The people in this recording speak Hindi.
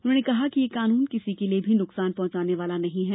उन्होंने कहा कि यह कानून किसी के लिये भी नुकसान पहुंचाने वाला नहीं है